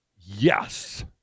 Yes